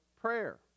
prayer